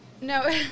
no